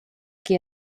qui